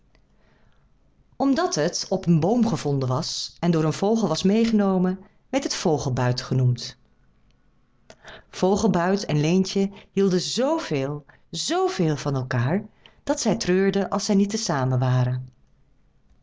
omdat het op een boom gevonden was en door een vogel was meègenomen werd het vogelbuit genoemd vogelbuit en leentje hielden zveel zveel van elkaâr dat zij treurden als zij niet te zamen waren